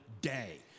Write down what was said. day